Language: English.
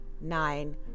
Nine